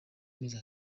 ameze